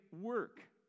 work